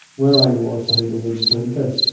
where i was behind a wooden counter.